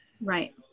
Right